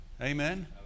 Amen